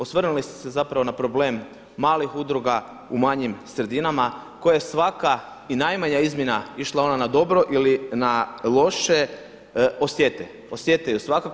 Osvrnuli ste se zapravo na problem malih udruga u manjim sredinama koja svaka i najmanja izmjena išla ona na dobro ili na loše osjete, osjete je svakako.